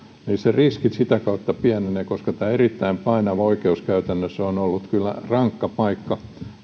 riski sitä kautta pienenee koska tämä erittäin painava on oikeuskäytännössä ollut kyllä rankka paikka